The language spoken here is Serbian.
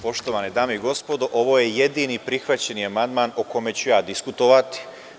Poštovane dame i gospodo, ovo je jedini prihvaćeni amandman o kome ću ja diskutovati.